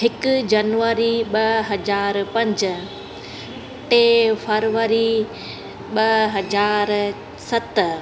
हिकु जनवरी ॿ हज़ार पंज टे फरवरी ॿ हज़ार सत